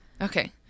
Okay